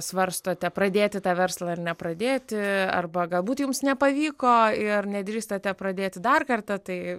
svarstote pradėti tą verslą ar nepradėti arba galbūt jums nepavyko ir nedrįstate pradėti dar kartą tai